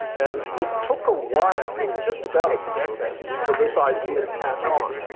and it took a while, just about a decade, for this idea to catch on.